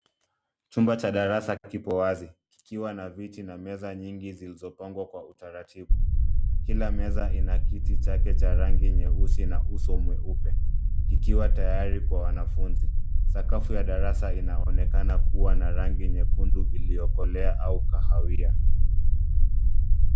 Chumba cha darasa kipo wazi, kikiwa na viti na meza nyingi zilizopangwa kwa utaratibu. Kila meza ina kiti chake cha rangi nyeusi na uso mweupe, ikiwa tayari kwa wanafunzi. Sakafu la darasa linaonekana kuwa na rangi nyekundu iliyokolea au kahawia.